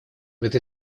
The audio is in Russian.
этой